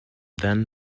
then